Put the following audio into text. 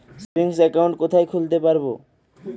Savings account কোথায় খুলতে পারব?